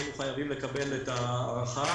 היינו חייבים לקבל את ההארכה.